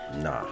Nah